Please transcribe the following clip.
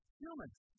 humans